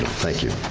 thank you.